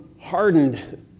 hardened